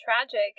tragic